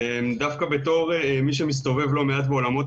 דווקא כאחד שמסתובב לא מעט בעולמות